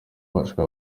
bafashwe